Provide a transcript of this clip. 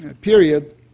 period